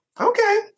Okay